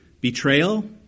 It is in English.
betrayal